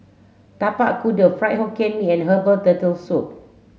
tapak kuda fried hokkien mee and herbal turtle soup